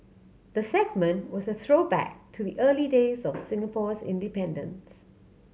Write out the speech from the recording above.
the segment was a throwback to the early days of Singapore's independence